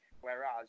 whereas